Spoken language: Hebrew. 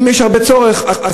אם יש צורך רב,